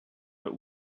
but